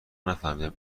نفهمیدم